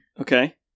Okay